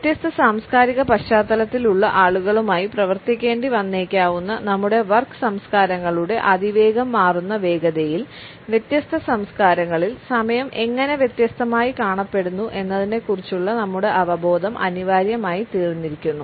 വ്യത്യസ്ത സാംസ്കാരിക പശ്ചാത്തലത്തിലുള്ള ആളുകളുമായി പ്രവർത്തിക്കേണ്ടി വന്നേക്കാവുന്ന നമ്മുടെ വർക്ക് സംസ്കാരങ്ങളുടെ അതിവേഗം മാറുന്ന വേഗതയിൽ വ്യത്യസ്ത സംസ്കാരങ്ങളിൽ സമയം എങ്ങനെ വ്യത്യസ്തമായി കാണപ്പെടുന്നു എന്നതിനെക്കുറിച്ചുള്ള നമ്മുടെ അവബോധം അനിവാര്യമായിത്തീർന്നിരിക്കുന്നു